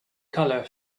colour